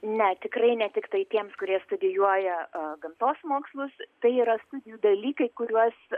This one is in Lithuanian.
ne tikrai ne tiktai tiems kurie studijuoja gamtos mokslus tai yra studijų dalykai kuriuos